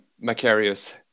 Macarius